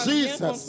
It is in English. Jesus